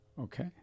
okay